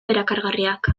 erakargarriak